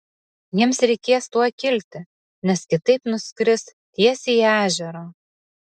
jiems reikės tuoj kilti nes kitaip nuskris tiesiai į ežerą